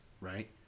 right